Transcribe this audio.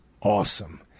awesome